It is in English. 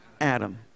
Adam